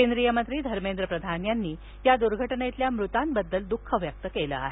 केंद्रीय मंत्री धर्मेंद्र प्रधान यांनी या दुर्घटनेतल्या मृतांबद्दल दुःख व्यक्त केलं आहे